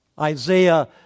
Isaiah